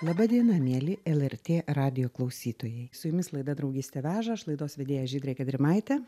laba diena mieli lrt radijo klausytojai su jumis laida draugystė veža aš laidos vedėja žydrė gedrimaitė